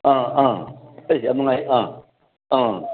ꯑꯥ ꯑꯥ ꯑꯩꯁ ꯌꯥꯝ ꯅꯨꯡꯉꯥꯏ ꯑꯥ ꯑꯥ